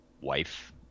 wife